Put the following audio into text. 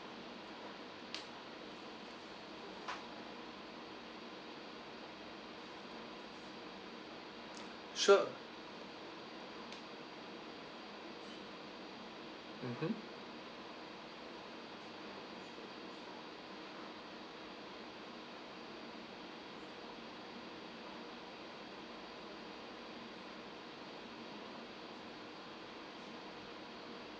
sure mmhmm